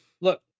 look